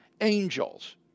angels